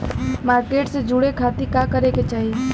Market से जुड़े खाती का करे के चाही?